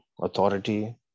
authority